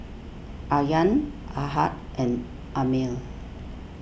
Aryan Ahad and Ammir